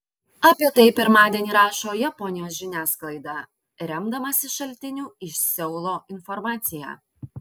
apie tai pirmadienį rašo japonijos žiniasklaida remdamasi šaltinių iš seulo informacija